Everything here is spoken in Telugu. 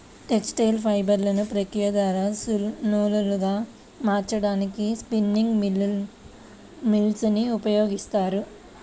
టెక్స్టైల్ ఫైబర్లను ప్రక్రియ ద్వారా నూలులాగా మార్చడానికి స్పిన్నింగ్ మ్యూల్ ని ఉపయోగిస్తారు